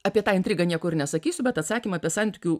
apie tą intrigą nieko ir nesakysiu bet atsakymą apie santykių